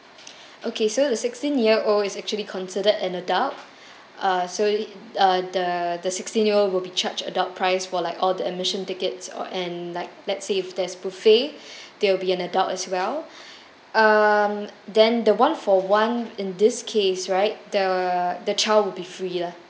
okay so the sixteen year old is actually considered an adult uh so uh the the sixteen year old will be charged adult price for like all the admission tickets or and like let's say if there's buffet they'll be an adult as well um then the one for one in this case right the the child will be free lah